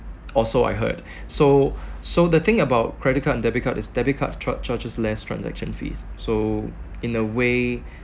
or so I heard so so the thing about credit card and debit card is debit card char~ charges less transaction fees so in a way